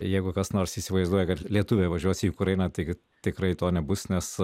jeigu kas nors įsivaizduoja kad lietuviai važiuos į ukrainą tai tikrai to nebus nes